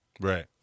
Right